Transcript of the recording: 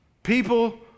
People